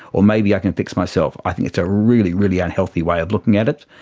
or maybe i can fix myself. i think it's a really, really unhealthy way of looking at it.